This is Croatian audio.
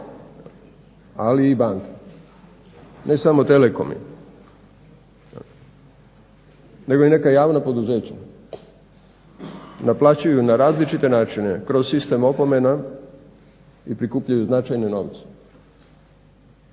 ali i banke, ne samo telekomi nego i neka javna poduzeća naplaćuju na različite načine kroz sistem opomena i prikupljaju značajne novce